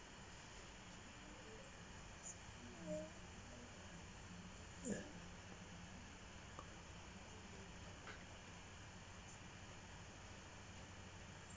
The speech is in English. uh ya